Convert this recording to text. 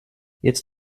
jetzt